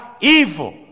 evil